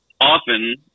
often